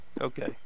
Okay